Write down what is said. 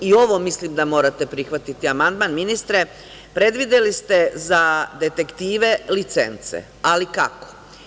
I ovo mislim da morate prihvatiti amandman ministre, predvideli ste za detektive licence, ali kako?